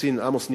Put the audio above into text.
בסין עמוס נידאי,